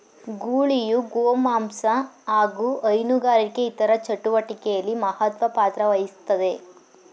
ಗೂಳಿಯು ಗೋಮಾಂಸ ಹಾಗು ಹೈನುಗಾರಿಕೆ ಇತರ ಚಟುವಟಿಕೆಲಿ ಮಹತ್ವ ಪಾತ್ರವಹಿಸ್ತದೆ